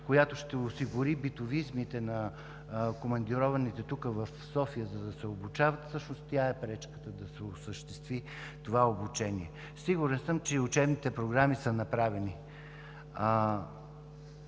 която ще осигури битовизмите на командированите тук, в София, за да се обучават, е пречката да се осъществи това обучение. Сигурен съм, че и учебните програми са направени.